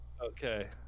okay